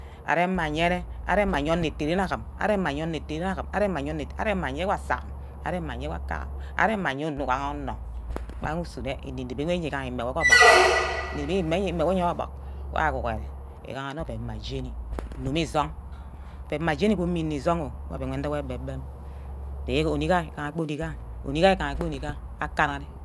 Areme ayene, areme aye eteren agim areme aye uwase amme, aremme aye uwaka, areme mma aye onor uga onor gba wor usunor ene-nep urumor ke orbuck, imene yene uyugu orbork wa aghure igahanne oven mme jeni inume isong, oven mma jeni wumi isong oh gu oven wey ndiwor egbe-bem je onick ayo ugabeh onick am, onick ayo uga-bah onick am akana-nne